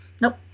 Nope